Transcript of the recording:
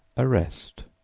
arrest,